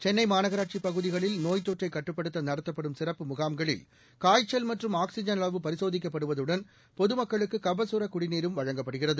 சென்னை மாநகராட்சிப் பகுதிகளில் நோய் தொற்றை கட்டுப்படுத்த நடத்தப்படும் சிறப்பு முகாம்களில் காய்ச்சல் மற்றும் ஆக்ஸிஜன் அளவு பரிசோதிக்கப்படுவதுடன் பொதுமக்களுக்கு கபகர குடிநீரும் வழங்கப்படுகிறது